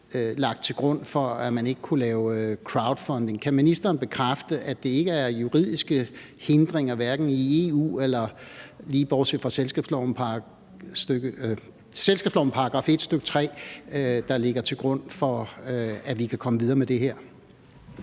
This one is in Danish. lagt til grund for, at man ikke kunne lave crowdfunding. Kan ministeren bekræfte, at der ikke er juridiske hindringer for, heller ikke i EU – lige bortset fra selskabslovens § 1, stk. 3 – at vi kan komme videre med det her?